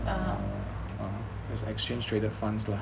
ya